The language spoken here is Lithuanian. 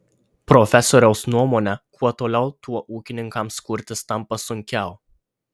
profesoriaus nuomone kuo toliau tuo ūkininkams kurtis tampa sunkiau